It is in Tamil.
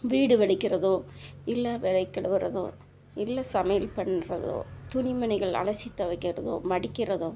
வீடு வலைக்கிறதோ இல்லை வலைக்குவரதோ இல்லை சமையல் பண்ணுறதோ துணிமணிகள் அலசி துவைக்கிறதோ மடிக்கிறதோ